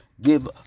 give